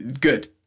Good